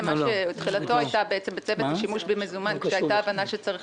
תחילתו של החוק בצוות השימוש במזומן כשהיתה הבנה שצריך